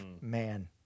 man